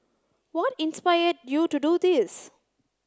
what inspired you to do this